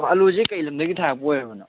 ꯑꯜꯂꯨꯁꯦ ꯀꯔꯤ ꯂꯝꯗꯒꯤ ꯊꯥꯔꯛꯄ ꯑꯣꯏꯔꯕꯅꯣ